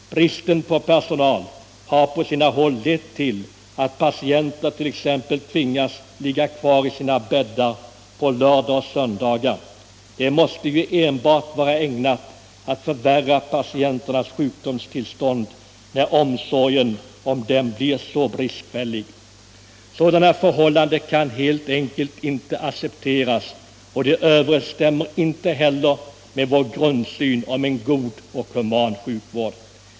Bristen på personal har på sina håll lett till att patienter t.ex. tvingats ligga kvar i sina bäddar på lördagar och söndagar. Det måste enbart vara ägnat att förvärra patienternas sjukdomstillstånd när omsorgen om dem blir så bristfällig. Sådana förhållanden kan helt enkelt inte accepteras, och de överensstämmer inte heller med vår grundsyn om en god och human sjukvård.